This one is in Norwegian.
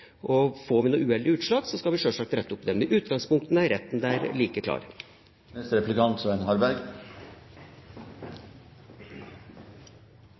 og får det noen uheldige utslag, skal vi sjølsagt rette opp det. Men i utgangspunktet er retten like klar. Jeg har tatt med